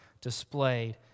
displayed